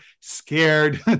scared